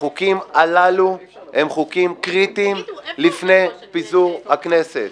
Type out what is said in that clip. החוקים הללו הם חוקים קריטיים לפני פיזור הכנסת.